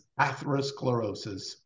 atherosclerosis